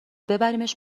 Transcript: ببریمش